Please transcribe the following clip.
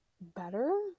better